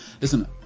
Listen